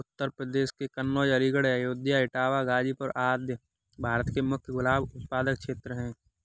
उत्तर प्रदेश के कन्नोज, अलीगढ़, अयोध्या, इटावा, गाजीपुर आदि भारत के मुख्य गुलाब उत्पादक क्षेत्र हैं